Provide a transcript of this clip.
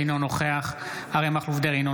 אינו נוכח אריה מכלוף דרעי,